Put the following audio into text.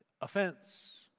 offense